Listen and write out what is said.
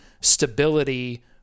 stability